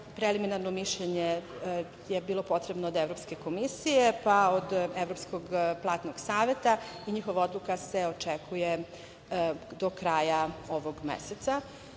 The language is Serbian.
preliminarno mišljenje je bilo potrebno od Evropske komisije, pa od Evropskog platnog saveta i njihova odluka se očekuje do kraja ovog meseca. Da